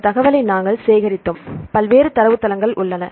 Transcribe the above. இந்த தகவலை நாங்கள் சேகரித்தோம் பல்வேறு தரவுத்தளங்கள் உள்ளன